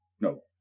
No